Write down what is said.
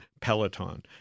peloton